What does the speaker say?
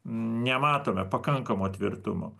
nematome pakankamo tvirtumo